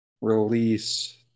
Release